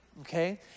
okay